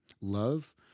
love